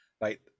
right